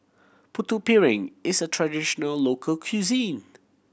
Putu Piring is a traditional local cuisine